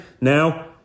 Now